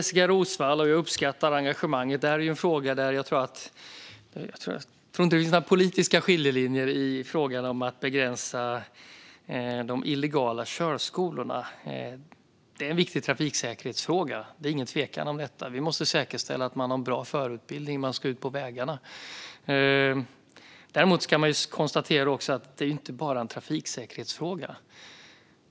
Fru talman! Jag uppskattar Jessika Roswalls engagemang. Jag tror inte att det finns några politiska skiljelinjer i fråga om att begränsa illegala körskolor. Det råder inget tvivel om att det är en viktig trafiksäkerhetsfråga. Vi måste säkerställa att man har fått en bra förarutbildning när man ska ut på vägarna. Men vi kan däremot konstatera att det inte bara är en trafiksäkerhetsfråga.